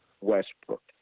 Westbrook